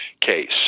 case